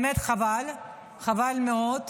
האמת, חבל, חבל מאוד,